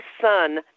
son